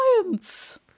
Science